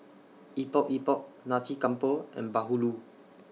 Epok Epok Nasi Campur and Bahulu